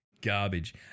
garbage